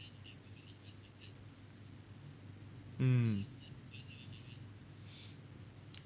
mm